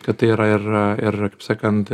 kad tai yra ir ir kaip sakant